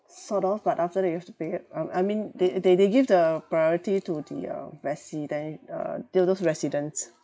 sort of but after that you have to pay um I mean they they they give the priority to the um resident uh to those residents